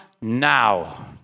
now